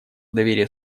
доверие